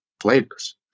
flavors